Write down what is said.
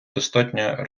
достатньо